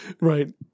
Right